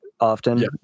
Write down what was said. Often